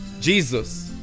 Jesus